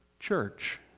church